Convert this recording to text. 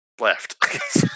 left